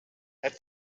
het